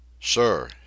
sir